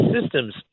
systems